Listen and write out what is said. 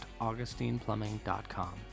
AugustinePlumbing.com